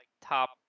top